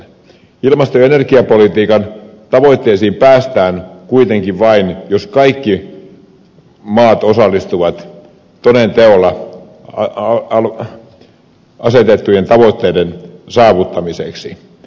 ilmasto ja energiapolitiikan tavoitteisiin päästään kuitenkin vain jos kaikki maat osallistuvat toden teolla asetettujen tavoitteiden saavuttamiseen